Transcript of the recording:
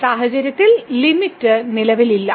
ഈ സാഹചര്യത്തിൽ ലിമിറ്റ് നിലവിലില്ല